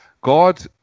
God